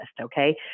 Okay